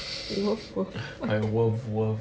love love what's that